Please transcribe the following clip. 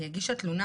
הגישה תלונה